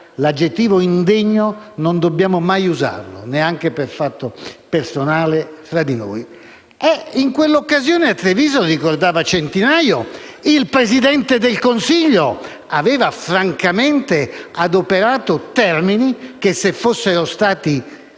l'aggettivo «indegno» non dobbiamo mai usarlo, neanche per fatto personale, tra di noi. In quell'occasione, a Treviso, come ha ricordato il senatore Centinaio, il Presidente del Consiglio aveva francamente adoperato termini che, se fossero stati